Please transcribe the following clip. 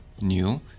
new